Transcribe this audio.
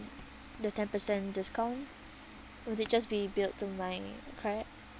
the ten percent discount would it just be billed to my card